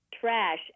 trash